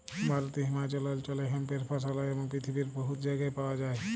ভারতে হিমালয় অল্চলে হেম্পের ফসল হ্যয় এবং পিথিবীর বহুত জায়গায় পাউয়া যায়